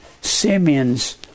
Simeon's